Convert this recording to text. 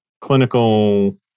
clinical